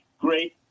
great